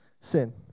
sin